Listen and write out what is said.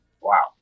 Wow